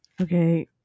okay